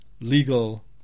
legal